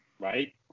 Right